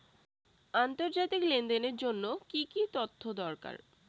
আন্তর্জাতিক লেনদেনের জন্য কি কি তথ্য দরকার?